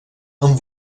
amb